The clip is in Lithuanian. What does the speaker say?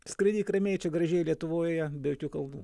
skraidyk ramiai čia gražiai lietuvoje be jokių kalnų